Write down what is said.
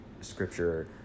Scripture